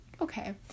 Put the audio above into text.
okay